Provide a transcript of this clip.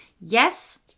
Yes